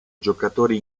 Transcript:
giocatori